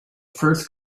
first